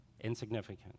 insignificant